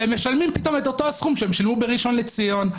ופתאום הם משלמים את אותו סכום שהם שילמו בראשון לציון.